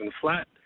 flat